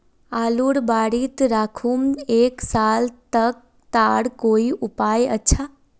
आलूर बारित राखुम एक साल तक तार कोई उपाय अच्छा?